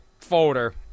folder